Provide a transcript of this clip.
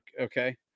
Okay